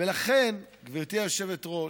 ולכן, גברתי היושבת-ראש,